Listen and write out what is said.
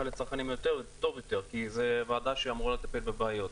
לצרכנים טוב יותר כי זו ועדה שאמורה לטפל בבעיות.